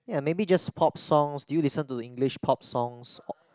ya maybe just pop songs do you listen to English pop songs